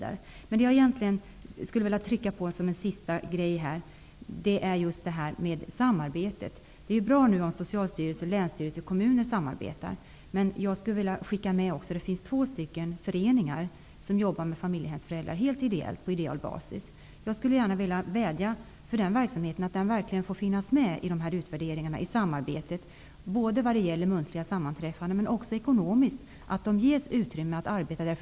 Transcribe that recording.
Avslutningsvis skulle jag vilja trycka på samarbetet. Det är bra om Socialstyrelsen, länsstyrelserna och kommunerna samarbetar. Det finns emellertid två föreningar som helt ideellt jobbar med familjehemsföräldrar. Jag vädjar för att den verksamheten skall finnas med i utvärderingarna och i samarbetet. Den skall finnas med vid sammanträffanden. Dessa föreningar bör också ges ekonomiskt utrymme att arbeta.